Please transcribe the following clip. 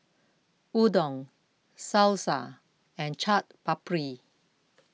Udon Salsa and Chaat Papri